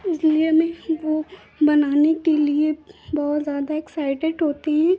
इसलिए हमें वह बनाने के लिए बहुत ज़्यादा एक्साइटेड होते हैं